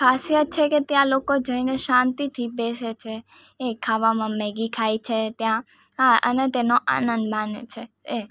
ખાસિયત છે કે ત્યાં લોકો જઈને શાંતિથી બેસે છે એ ખાવામાં મેગી ખાય છે ત્યાં આ અને તેનો આનંદ માણે છે એ